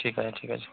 ঠিক আছে ঠিক আছে